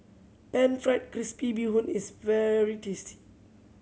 Pan Fried Crispy Bee Hoon is very tasty